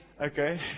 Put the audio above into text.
Okay